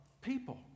people